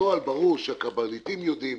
נוהל ברור שהקברניטים יודעים,